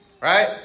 right